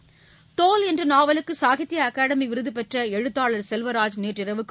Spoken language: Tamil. தோல் என்ற நாவலுக்கு சாகித்ய அகாதமி விருது பெற்ற எழுத்தாளர் செல்வராஜ் நேற்றிரவு காலமானார்